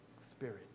spirit